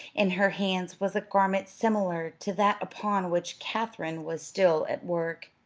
in her hands was a garment similar to that upon which katherine was still at work.